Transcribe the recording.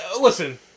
listen